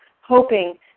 hoping